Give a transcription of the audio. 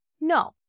no